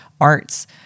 arts